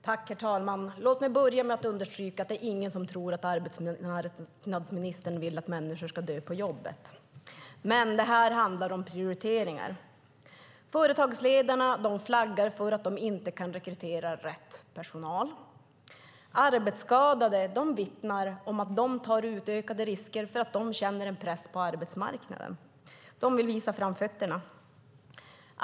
Herr talman! Låt mig börja med att understryka att ingen tror att arbetsmarknadsministern vill att människor ska dö på jobbet. Det här handlar dock om prioriteringar. Företagsledarna flaggar för att de inte kan rekrytera rätt personal. Arbetsskadade vittnar om att de tar utökade risker för att de känner press på arbetsmarknaden - de vill visa framfötterna.